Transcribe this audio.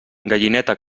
gallineta